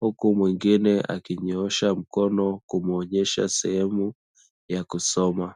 huku mwingine akinyoosha mkono kumuonyesha sehemu ya kusoma.